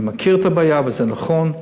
אני מכיר את הבעיה, וזה נכון.